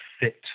fit